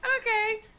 okay